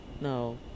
no